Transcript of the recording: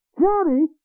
Johnny